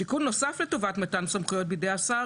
שיקול נוסף לטובת מתן סמכויות בידי השר,